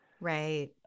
Right